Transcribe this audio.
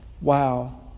Wow